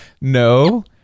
No